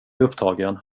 upptagen